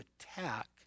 attack